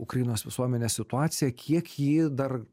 ukrainos visuomenės situaciją kiek ji dar